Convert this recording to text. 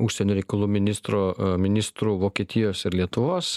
užsienio reikalų ministro ministrų vokietijos ir lietuvos